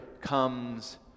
comes